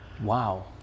Wow